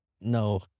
No